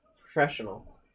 Professional